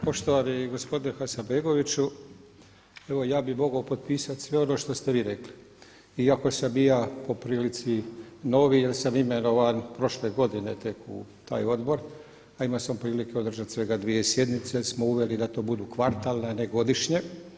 Poštovani gospodine Hasanbegoviću, evo ja bih mogao potpisati sve ono što ste vi rekli iako sam i ja po prilici novi jer sam imenovan prošle godine tek u taj odbor a imao sam prilike održati svega dvije sjednice jer smo uveli da to budu kvartalne a ne godišnje.